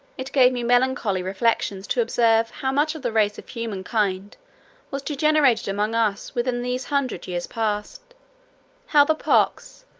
it gave me melancholy reflections to observe how much the race of human kind was degenerated among us within these hundred years past how the pox,